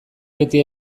beti